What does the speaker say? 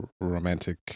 romantic